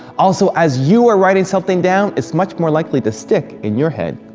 also as you are writing something down, it's much more likely to stick in your head,